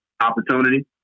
Opportunity